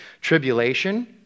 tribulation